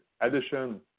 addition